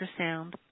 Ultrasound